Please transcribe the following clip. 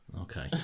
Okay